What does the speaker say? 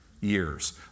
years